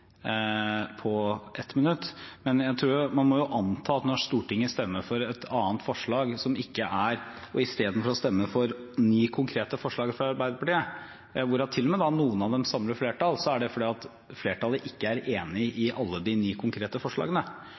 på 1 minutt, men man må jo anta at når Stortinget stemmer for et annet forslag istedenfor å stemme for ni konkrete forslag fra Arbeiderpartiet, hvorav noen av dem til og med samler flertall, så er det fordi flertallet ikke er enig i alle de ni konkrete forslagene.